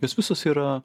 jos visos yra